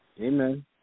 Amen